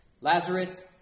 Lazarus